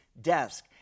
desk